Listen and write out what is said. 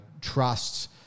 trusts